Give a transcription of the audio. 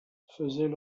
faisaient